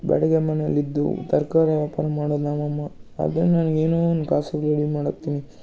ಬಾಡಿಗೆ ಮನೆಲಿ ಇದ್ದು ತರಕಾರಿ ವ್ಯಾಪಾರ ಮಾಡೋದು ನಮ್ಮ ಅಮ್ಮ ಅದು ನನ್ಗೆ ಏನೋ ಒಂದು ಕಾಸು ಮಾಡಾಕ್ತೀನಿ